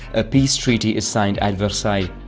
a peace treaty is signed at versailles.